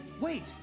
wait